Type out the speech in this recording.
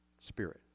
spirit